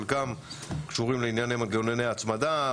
חלקם קשורים לענייני מנגנוני הצמדה,